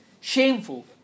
shameful